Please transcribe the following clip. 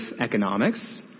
economics